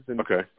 Okay